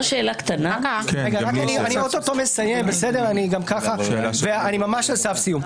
--- אני אוטוטו מסיים, אני ממש על סף סיום.